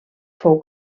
fou